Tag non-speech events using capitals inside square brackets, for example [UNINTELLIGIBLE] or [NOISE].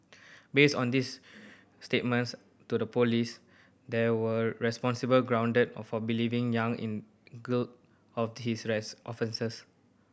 based on this statements to the police there were reasonable ground of for believing Yang in [UNINTELLIGIBLE] of his race offences